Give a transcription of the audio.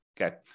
okay